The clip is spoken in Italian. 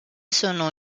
sono